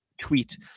tweet